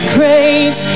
Great